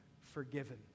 forgiven